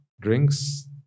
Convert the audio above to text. drinks